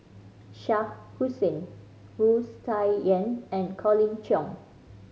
Shah Hussain Wu Tsai Yen and Colin Cheong